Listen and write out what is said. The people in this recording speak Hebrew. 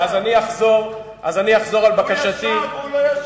הוא ישב, והוא לא ישב.